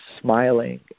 smiling